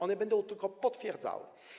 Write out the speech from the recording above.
One będą tylko potwierdzały.